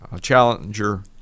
Challenger